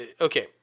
okay